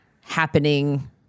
happening